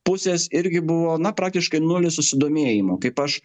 pusės irgi buvo na praktiškai nulis susidomėjimo kaip aš